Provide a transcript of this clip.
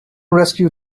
rescue